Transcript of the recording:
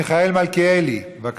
חבר הכנסת מיכאל מלכיאלי, בבקשה.